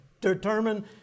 determine